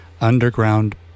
underground